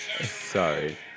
sorry